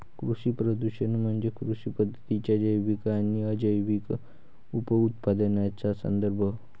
कृषी प्रदूषण म्हणजे कृषी पद्धतींच्या जैविक आणि अजैविक उपउत्पादनांचा संदर्भ